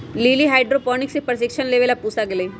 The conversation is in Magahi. लिली हाइड्रोपोनिक्स के प्रशिक्षण लेवे पूसा गईलय